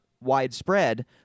widespread